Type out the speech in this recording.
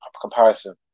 comparison